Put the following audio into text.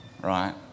right